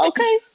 Okay